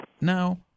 Now